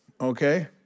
okay